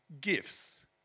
gifts